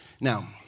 Now